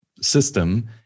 system